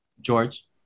george